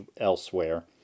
elsewhere